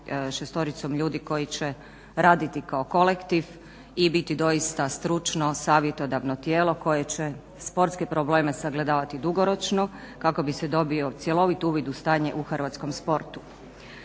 šestoricom ljudi koji će raditi kao kolektiv i biti zaista stručno, savjetodavno tijelo koje će sportske probleme sagledavati dugoročno kako bi se dobio cjelovit uvid u stanje u hrvatskom sportu.